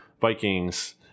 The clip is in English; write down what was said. Vikings